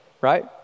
right